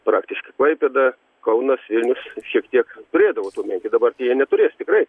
praktiškai klaipėda kaunas vilnius šiek tiek turėdavo tų menkių dabar tai jie neturės tikrai